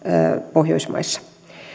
pohjoismaissa